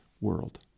world